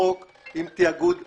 חוק עם תיאגוד אזורי,